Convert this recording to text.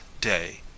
day